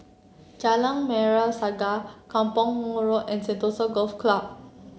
Jalan Merah Saga Kampong Mator Road and Sentosa Golf Club